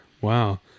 Wow